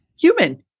human